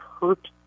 hurt